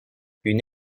une